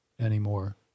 anymore